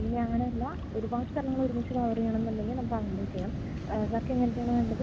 ഇനി അങ്ങനെ അല്ല ഒരുപാട് സ്ഥലങ്ങൾ ഒരുമിച്ച് കവർ ചെയ്യണം എന്നുണ്ടെങ്കിൽ നമുക്ക് അങ്ങനേയും ചെയ്യാം സർക്ക് എങ്ങനത്തെയാണ് വേണ്ടത്